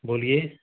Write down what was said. बोलिए